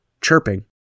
chirping